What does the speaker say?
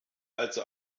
also